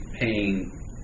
paying